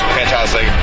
fantastic